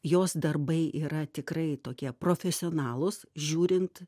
jos darbai yra tikrai tokie profesionalūs žiūrint